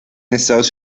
estados